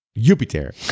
Jupiter